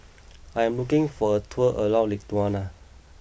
I am looking for a tour around Lithuania